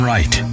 Right